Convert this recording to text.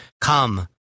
Come